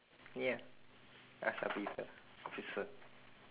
ya I shall be the officer